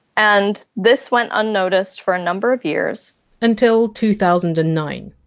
and this went unnoticed for a number of years until two thousand and nine